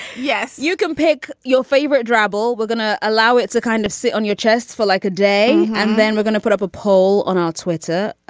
yes, you can pick your favorite drabble we're going to allow it to kind of sit on your chest for like a day. and then we're gonna put up a poll on our twitter,